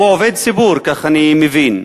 והוא עובד ציבור, כך אני מבין.